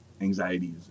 anxieties